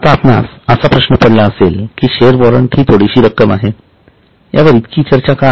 आता आपणास असा प्रश्न पडला असेल कि शेअर वॉरंट ही थोडीशी रक्कम आहे यावर इतकी चर्चा का आहे